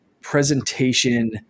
presentation